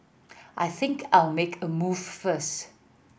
I think I'll make a move first